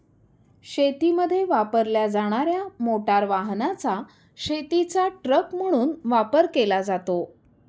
शेतीमध्ये वापरल्या जाणार्या मोटार वाहनाचा शेतीचा ट्रक म्हणून वापर केला जातो